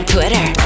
Twitter